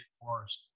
Forest